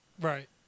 Right